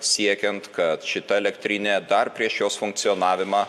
siekiant kad šita elektrinė dar prieš jos funkcionavimą